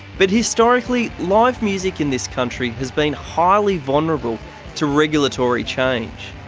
but historically, live music in this country has been highly vulnerable to regulatory change.